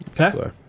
Okay